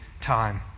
time